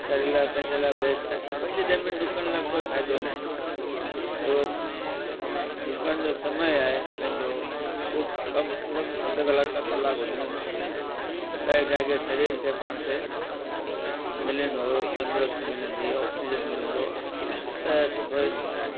शरीर लाइ पंहिंजे लाइ बेस्ट आहे पंज ॾह मिंट डुकण लाइ कोई फ़ाइदो न आहे जो डुकण जो समय आहे पंहिंजो उहो कम सि कम अध कलाक खां हुजणु ई खपे त छा आहे की शरीर खे पाण खे मिलंदो तंदुरुस्ती मिलंदी ऑक्सीजन मिलंदो त सुठो ई आहे